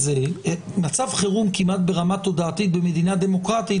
מצב חירום כמעט ברמה תודעתית במדינה דמוקרטית